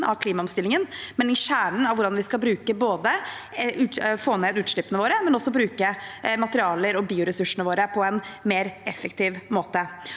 av klimabestillingen, men i kjernen av hvordan vi skal få ned utslippene våre og bruke materialer og bioressursene våre på en mer effektiv måte.